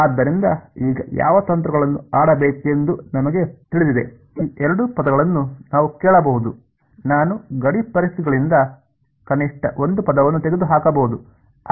ಆದ್ದರಿಂದ ಈಗ ಯಾವ ತಂತ್ರಗಳನ್ನು ಆಡಬೇಕೆಂದು ನಮಗೆ ತಿಳಿದಿದೆ ಈ ಎರಡು ಪದಗಳನ್ನು ನಾವು ಕೇಳಬಹುದು ನಾನು ಗಡಿ ಪರಿಸ್ಥಿತಿಗಳಿಂದ ಕನಿಷ್ಠ ಒಂದು ಪದವನ್ನು ತೆಗೆದುಹಾಕಬಹುದು